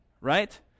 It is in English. right